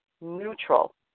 neutral